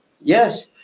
Yes